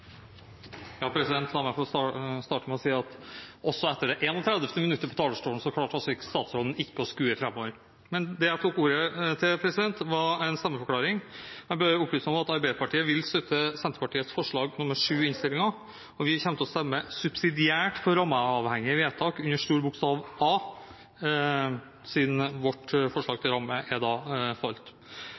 La meg få starte med å si at heller ikke etter det 31. minuttet på talerstolen klarte altså statsråden å skue framover. Jeg tok ordet til en stemmeforklaring. Jeg vil opplyse om at Arbeiderpartiet vil støtte Senterpartiets forslag nr. 7 i innstillingen, og vi kommer til å stemme subsidiært for rammeavhengig vedtak under A, siden vårt forslag til rammevedtak da er falt.